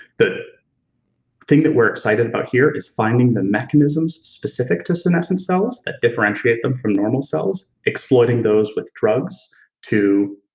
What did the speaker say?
the thing that we're excited about here is finding the mechanisms specific to senescent cells that differentiate them from normal cells, exploiting those with drugs to